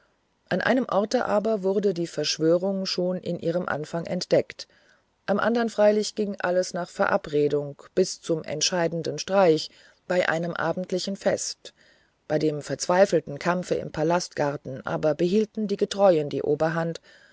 an einem orte aber wurde die verschwörung schon in ihrem anfange entdeckt am anderen freilich ging alles nach verabredung bis zum entscheidenden streich bei einem abendlichen fest bei dem verzweifelten kampfe im palastgarten aber behielten die getreuen die oberhand